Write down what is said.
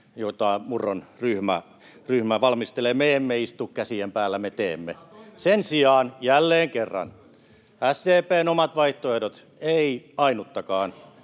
jota Murron ryhmä valmistelee. Me emme istu käsien päällä. Me teemme. Sen sijaan jälleen kerran SDP:n omat vaihtoehdot: Ei ainuttakaan,